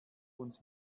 uns